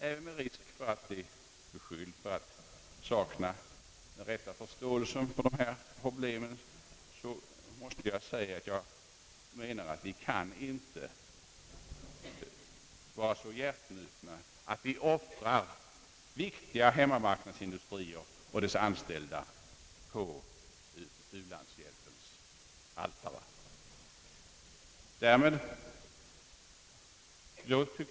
Även med risk att bli beskylld för att sakna den rätta förståelsen då det gäller u-landsproblematiken måste jag säga, att vi dock inte kan vara så hjärtnupna att vi offrar viktiga hemmamarknadsindustrier och deras anställda på u-landshjälpens altare.